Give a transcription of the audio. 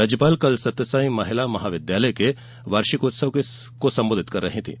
राज्यपाल कल सत्यसाई महिला महाविद्यालय के वार्षिकोत्सव को संबोधित कर रही थीं